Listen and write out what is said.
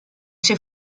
ses